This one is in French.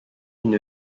une